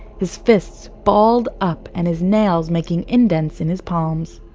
his fists balled up and his nails making indents in his palms.